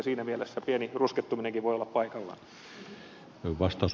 siinä mielessä pieni ruskettuminenkin voi olla paikallaan